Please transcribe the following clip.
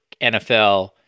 NFL